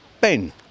Ben